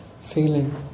feeling